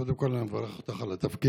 קודם כול אני מברך אותך על התפקיד.